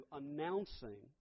announcing